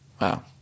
Wow